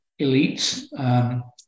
elites